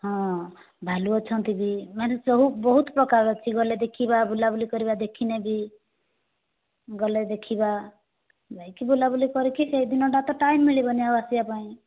ହଁ ଭାଲୁ ଅଛନ୍ତି ବି ମାନେ ସବୁ ବହୁତ ପ୍ରକାର ଅଛି ଗଲେ ଦେଖିବା ବୁଲାବୁଲି କରିବା ଦେଖିଲେ ବି ଗଲେ ଦେଖିବା ଯାଇକି ବୁଲା ବୁଲି କରିକି ସେଇ ଦିନଟା ତ ଟାଇମ୍ ମିଳିବନି ଆଉ ଆସିବା ପାଇଁ